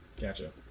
Gotcha